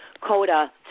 Coda